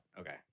Okay